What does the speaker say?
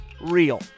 real